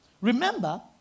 remember